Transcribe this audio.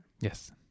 Yes